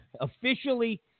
officially